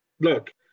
look